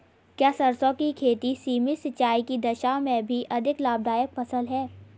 क्या सरसों की खेती सीमित सिंचाई की दशा में भी अधिक लाभदायक फसल है?